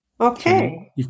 Okay